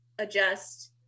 adjust